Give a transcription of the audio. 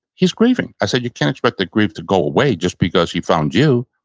he's grieving. so you can't expect the grief to go away just because he found you.